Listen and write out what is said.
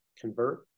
convert